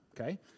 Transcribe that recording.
okay